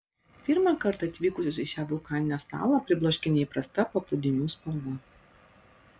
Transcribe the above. pirmą kartą atvykusius į šią vulkaninę salą pribloškia neįprasta paplūdimių spalva